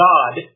God